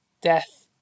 Death